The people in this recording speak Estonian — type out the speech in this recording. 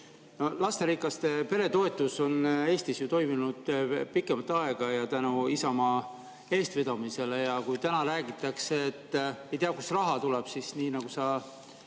Lasterikka pere toetus on Eestis ju toiminud pikemat aega ja tänu Isamaa eestvedamisele. Ja kui täna räägitakse, et ei tea, kust raha tuleb, siis nii nagu sa